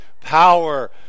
Power